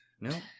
no